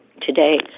today